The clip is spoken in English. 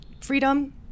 freedom